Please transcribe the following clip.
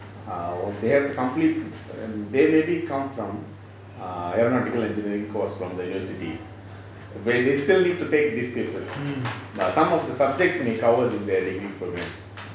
err they have to complete they maybe come from err aero nautical engineering course from the university but they still need to take these papers but some of the subjects may cover in their degree program